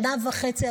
שנה וחצי,